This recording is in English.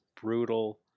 brutal